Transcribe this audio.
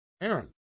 Aaron